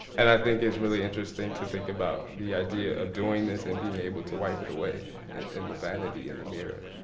and i think it's really interesting to think about the idea of doing this and being able to wipe it away in the vanity, in the mirror,